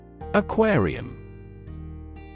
Aquarium